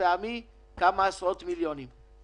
כמה עשרות מיליונים לקצבה חד-פעמית,